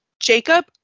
Jacob